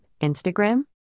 Instagram